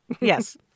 Yes